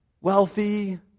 Wealthy